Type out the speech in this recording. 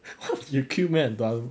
有 cute meh